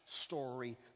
story